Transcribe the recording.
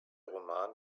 roman